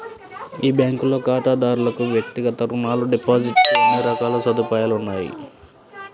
ఈ బ్యాంకులో ఖాతాదారులకు వ్యక్తిగత రుణాలు, డిపాజిట్ కు అన్ని రకాల సదుపాయాలు ఉన్నాయి